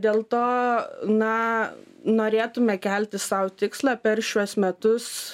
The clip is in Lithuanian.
dėl to na norėtume kelti sau tikslą per šiuos metus